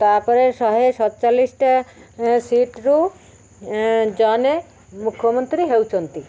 ତା'ପରେ ଶହେ ଶତଚାଳିଶିଟା ସିଟ୍ରୁୁ ଜଣେ ମୁଖ୍ୟମନ୍ତ୍ରୀ ହେଉଛନ୍ତି